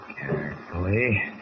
Carefully